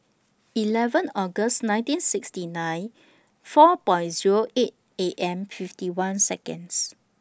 eleven August nineteen sixty nine four Point Zero eight A M fifty one Seconds